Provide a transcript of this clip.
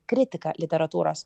kritiką literatūros